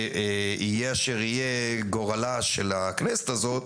יהיה אשר יהיה גורלה של הכנסת הזאת,